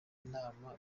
inama